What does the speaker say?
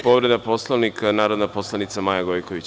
Povreda Poslovnika, narodna poslanica Maja Gojković.